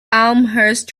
elmhurst